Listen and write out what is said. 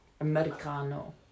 Americano